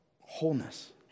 wholeness